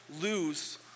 lose